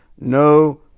no